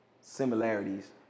similarities